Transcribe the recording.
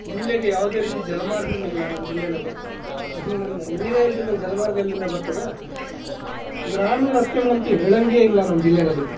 ಜಿಲ್ಲೆಗೆ ಯಾವುದೇ ರೀತಿ ಜಲಮಾರ್ಗಗಳಿಲ್ಲ ನಮ್ಮ ಜಿಲ್ಲೆಯಲ್ಲಿ ಇನ್ನೊಂದು ನೀರೆ ಇಲ್ದಿದ್ದಮೇಲೆ ಜಲಮಾರ್ಗ ಎಲ್ಲಿಂದ ಬರ್ತದೆ ಗ್ರಾಮೀಣ ರಸ್ತೆಗಳಂತೂ ಹೇಳೋಂಗೆ ಇಲ್ಲ ನಮ್ಮ ಜಿಲ್ಲೆಯಲ್ಲಿ